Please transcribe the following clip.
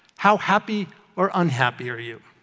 how happy or unhappy are you?